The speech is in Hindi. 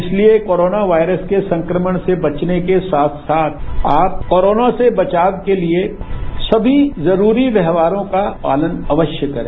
इसलिए कोरोना वायरस के संक्रमण से बचने के साथ साथ आप कोरोना से बचाव के लिए सभी जरूरी व्यवहारों का पालन अवश्य करें